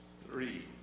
three